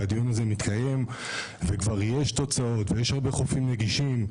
והדיון הזה מתקיים וכבר יש תוצאות ויש הרבה חופים נגישים.